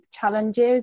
challenges